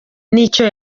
n’icyo